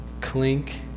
clink